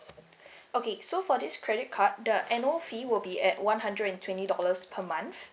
okay so for this credit card the annual fee will be at one hundred and twenty dollars per month